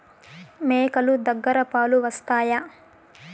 మేక లు దగ్గర పాలు వస్తాయా?